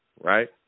right